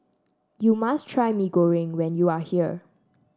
you must try Mee Goreng when you are here